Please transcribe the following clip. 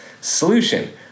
Solution